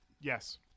Yes